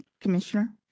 Commissioner